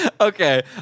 okay